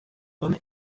homme